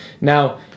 now